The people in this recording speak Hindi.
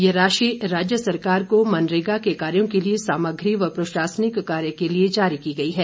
यह राशि राज्य सरकार को मनरेगा के कार्यो के लिए सामग्री व प्रशासनिक कार्य के लिए जारी की गई है